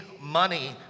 money